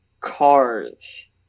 cars